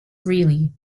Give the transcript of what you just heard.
greeley